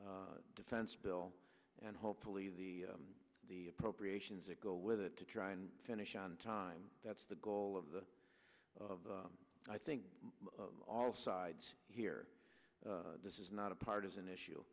defense bill and hopefully the the appropriations that go with it to try and finish on time that's the goal of the of i think all sides here this is not a partisan issue